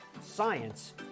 science